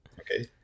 Okay